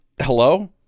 hello